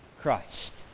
Christ